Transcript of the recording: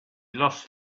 lost